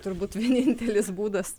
turbūt vienintelis būdas